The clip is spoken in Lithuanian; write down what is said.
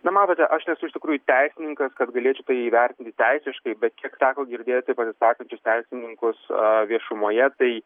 na matote aš nesu iš tikrųjų teisininkas kad galėčiau tai vertinti teisiškai bet kiek teko girdėti pasisakančius teisininkus viešumoje tai